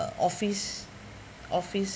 office office